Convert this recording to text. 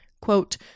quote